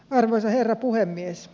arvoisa herra puhemies